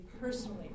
personally